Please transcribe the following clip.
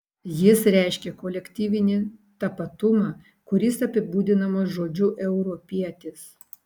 jis reiškia kolektyvinį tapatumą kuris apibūdinamas žodžiu europietis